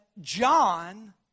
John